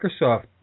Microsoft